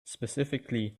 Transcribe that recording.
specifically